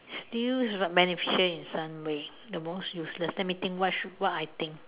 still beneficial in some way the most useless let me think what should what I think